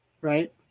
right